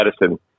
medicine